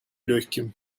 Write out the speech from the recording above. легким